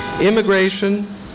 Immigration